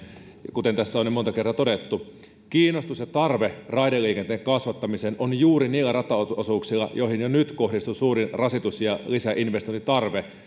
kuten tässä on jo monta kertaa todettu kiinnostus ja tarve raideliikenteen kasvattamiseen on juuri niillä rataosuuksilla joihin jo nyt kohdistuu suurin rasitus ja lisäinvestointitarve